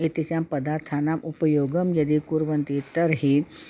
एतेषां पदार्थानाम् उपयोगं यदि कुर्वन्ति तर्हि